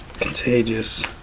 contagious